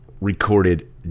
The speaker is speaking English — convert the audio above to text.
recorded